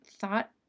thought